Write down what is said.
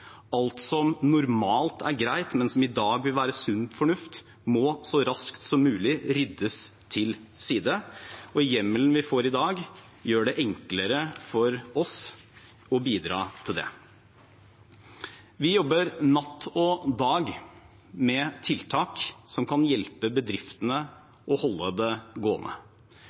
alt som normalt er greit, men som i dag går mot sunn fornuft, må så raskt som mulig ryddes til side. Hjemmelen vi får i dag, gjør det enklere for oss å bidra til det. Vi jobber natt og dag med tiltak som kan hjelpe bedriftene med å holde det gående.